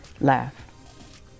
laugh